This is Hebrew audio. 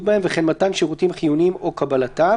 בהם וכן מתן שירותים חיוניים או קבלתם.